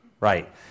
right